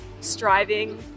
striving